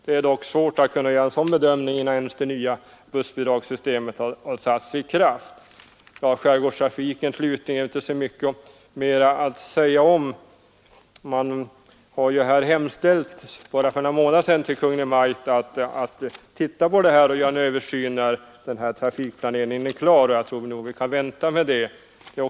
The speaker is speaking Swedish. Det är dock svårt att göra en sådan bedömning innan det nya bussbidragssystemet ens har trätt i kraft. Vad slutligen gäller skärgårdstrafiken är det inte så mycket mer att säga. Därvidlag har för bara några månader sedan gjorts en hemställan till Kungl. Maj:t om en översyn när trafikplaneringen är klar. Jag tror alltså att vi kan vänta med den frågan.